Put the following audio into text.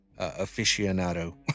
aficionado